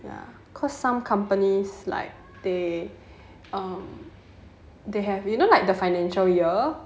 ya cause some companies like they um they have you know like the financial year